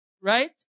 right